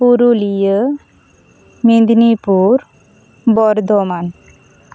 Purulia Midnapore Bardhaman